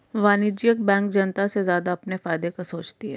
वाणिज्यिक बैंक जनता से ज्यादा अपने फायदे का सोचती है